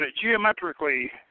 geometrically